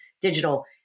digital